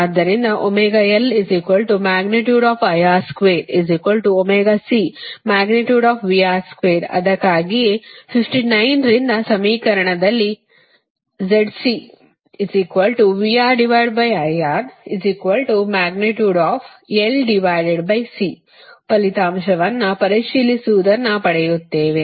ಆದ್ದರಿಂದ ಅದಕ್ಕಾಗಿಯೇ 59 ರಿಂದ ಸಮೀಕರಣದಲ್ಲಿ ಫಲಿತಾಂಶವನ್ನು ಪರಿಶೀಲಿಸುವದನ್ನು ಪಡೆಯುತ್ತೇವೆ